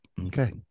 okay